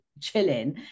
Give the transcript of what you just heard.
chilling